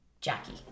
Jackie